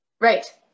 Right